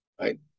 right